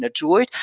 ah druid.